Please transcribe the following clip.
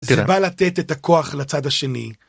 זה בא לתת את הכוח לצד השני.